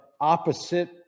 opposite